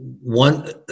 One